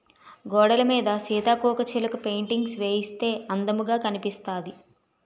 గోడలమీద సీతాకోకచిలక పెయింటింగ్స్ వేయిస్తే అందముగా కనిపిస్తాది